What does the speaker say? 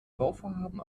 bauvorhaben